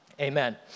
amen